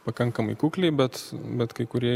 pakankamai kukliai bet bet kai kurie